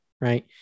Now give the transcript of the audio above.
right